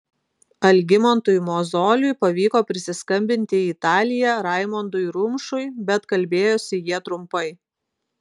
algimantui mozoliui pavyko prisiskambinti į italiją raimondui rumšui bet kalbėjosi jie trumpai